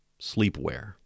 sleepwear